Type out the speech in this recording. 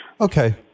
Okay